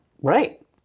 Right